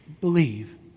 believe